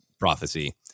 Prophecy